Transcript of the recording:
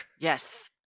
Yes